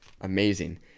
Amazing